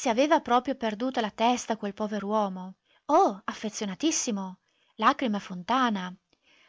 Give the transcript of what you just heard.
se aveva proprio perduto la testa quel pover'uomo oh affezionatissimo lagrime a fontana